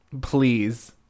please